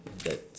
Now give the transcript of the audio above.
that's